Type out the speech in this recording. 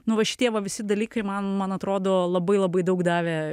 nu va šitie va visi dalykai man man atrodo labai labai daug davė